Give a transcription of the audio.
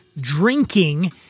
drinking